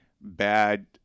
bad